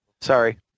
Sorry